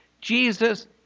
Jesus